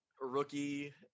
rookie